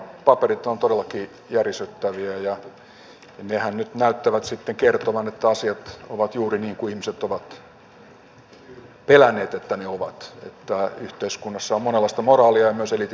nämä panama paperit ovat todellakin järisyttäviä ja nehän nyt näyttävät sitten kertovan että asiat ovat juuri niin kuin ihmiset ovat pelänneet että yhteiskunnassa on monenlaista moraalia ja myös eliitin keskuudessa näyttää olevan näin